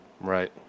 right